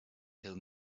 tell